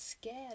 scared